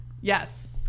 Yes